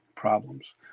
problems